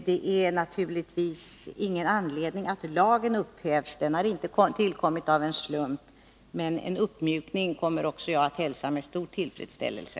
Det finns naturligtvis ingen anledning att upphäva lagen, den har inte tillkommit av en slump, men en uppmjukning kommer också jag att hälsa med stor tillfredsställelse.